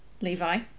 Levi